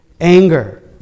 Anger